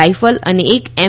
rifle અને એક એમ